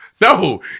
No